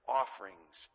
offerings